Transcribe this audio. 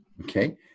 Okay